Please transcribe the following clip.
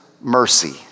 mercy